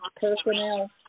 personnel